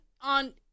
on